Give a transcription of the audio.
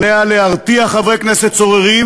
עליה להרתיע חברי כנסת סוררים.